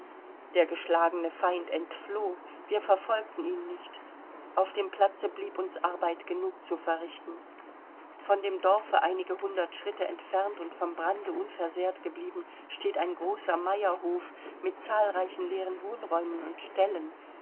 der geschlagene feind entfloh wir verfolgten ihn nicht auf dem platze blieb uns arbeit genug zu verrichten von dem dorfe einige hundert schritte entfernt und vom brande unversehrt geblieben steht ein großer meierhof mit zahlreichen leeren wohnräumen und ställen